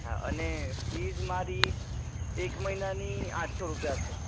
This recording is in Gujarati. હા અને ફીઝ મારી એક મહિનાની આઠસો રૂપિયા છે